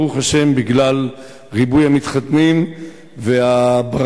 ברוך השם בגלל ריבוי המתחתנים והברכה,